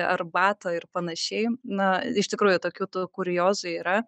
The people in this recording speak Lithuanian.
arbatą ir panašiai na iš tikrųjų tokių tų kuriozų yra